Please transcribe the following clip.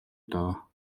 доо